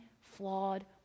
flawed